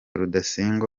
rudasingwa